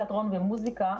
תיאטרון ומוסיקה,